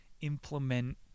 implement